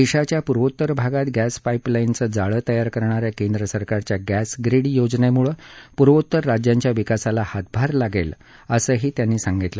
देशाच्या पूर्वोत्तर भागात गॅस पाईपलाउचं जाळं तयार करणा या केंद्र सरकारच्या गॅस ग्रिड योजनेमुळे पूर्वोत्तर राज्यांच्या विकासाला हातभार लागेल असं त्यांनी सांगितलं